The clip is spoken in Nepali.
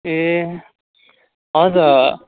ए हजुर